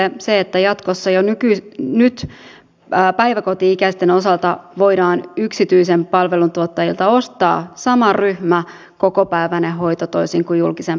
se että jatkossa päiväkoti ikäisten osalta voidaan yksityiseltä palveluntuottajalta ostaa kokopäiväinen hoito jota ei saa julkisen palvelun puolelta